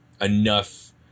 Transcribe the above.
enough